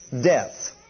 death